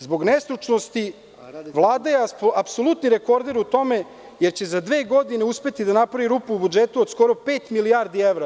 Zbog nestručnosti Vlada je apsolutni rekorder u tome, jer će za dve godine uspeti da napravi rupu u budžetu od skoro dodatnih pet milijardi evra.